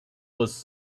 was